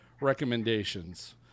recommendations